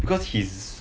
because he's